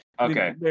Okay